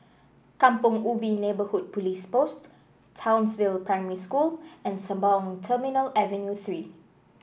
Kampong Ubi Neighbourhood Police Post Townsville Primary School and Sembawang Terminal Avenue Three